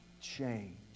change